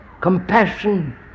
Compassion